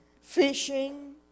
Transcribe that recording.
Fishing